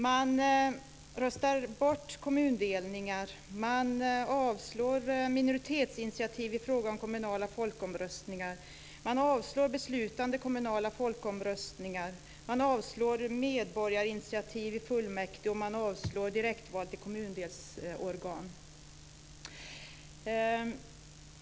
Man röstar bort kommundelningar, man avslår minoritetsinitiativ i fråga om kommunala folkomröstningar, man avslår beslutande kommunala folkomröstningar, medborgarinitiativ i fullmäktige och direktval till kommundelsorgan.